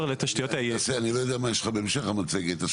אני לא יודע מה יש לך בהמשך המצגת.